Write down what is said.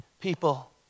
people